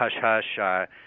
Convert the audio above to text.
hush-hush